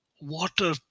water